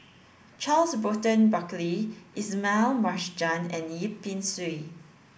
Charles Burton Buckley Ismail Marjan and Yip Pin Xiu